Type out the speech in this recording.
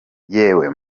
yewe